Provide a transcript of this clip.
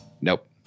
Nope